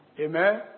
Amen